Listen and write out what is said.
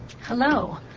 Hello